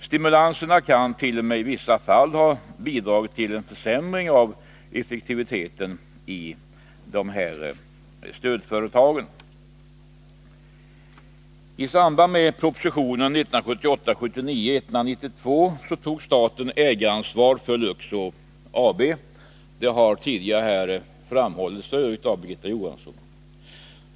Stimulanserna kan t.o.m. i vissa fall ha bidragit till en försämring av effektiviteten i stödföretagen. Med beslutet på grundval av proposition 1978/79:192 tog staten ägaransvaret för Luxor AB, vilket f. ö. har berörts tidigare av Birgitta Johansson.